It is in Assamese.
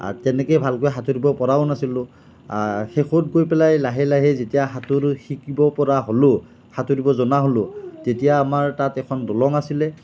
তেনেকে ভালকৈ সাঁতুৰিব পৰাও নাছিলোঁ শেষত গৈ পেলাই লাহে লাহে যেতিয়া সাঁতোৰ শিকিব পৰা হ'লোঁ সাঁতোৰ জনা হ'লোঁ তেতিয়া আমাৰ তাত এখন দলং আছিলে